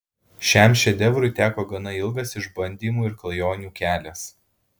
šiam šedevrui teko gana ilgas išbandymų ir klajonių kelias